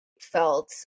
felt